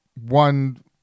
one